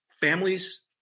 families